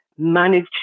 manage